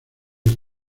los